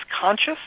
conscious